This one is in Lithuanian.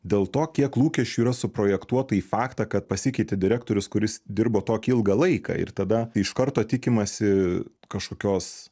dėl to kiek lūkesčių yra suprojektuota į faktą kad pasikeitė direktorius kuris dirbo tokį ilgą laiką ir tada iš karto tikimasi kažkokios